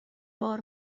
بار